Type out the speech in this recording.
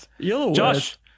Josh